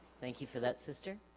thank you for that sister